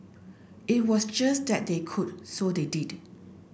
it was just that they could so they did